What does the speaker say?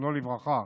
זיכרונו לברכה,